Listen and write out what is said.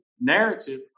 narrative